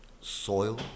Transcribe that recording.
soil